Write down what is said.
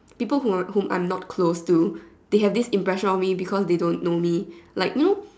people who whom I'm not close to they have this impression of me because they don't know me